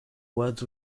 words